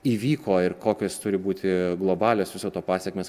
įvyko ir kokios turi būti globalios viso to pasekmės